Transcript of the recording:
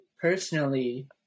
personally